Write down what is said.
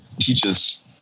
teaches